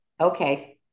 okay